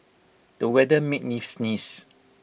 the weather made me sneeze